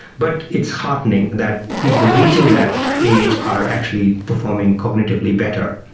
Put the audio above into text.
but it's heartening that people reaching that age are actually performing cognitively better.